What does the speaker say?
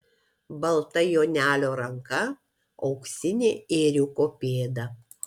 balta jonelio ranka auksinė ėriuko pėda